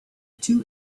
two